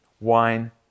wine